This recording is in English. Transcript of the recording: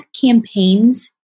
campaigns